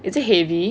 is it heavy